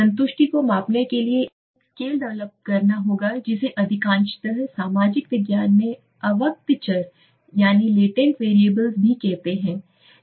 संतुष्टि को मापने के लिए एक स्केल डेवलप करना होगा जिसे अधिकांशत सामाजिक विज्ञान में अव्यक्त चर कहते हैं